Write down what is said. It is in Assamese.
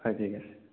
হয় ঠিক আছে